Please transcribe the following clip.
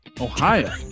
ohio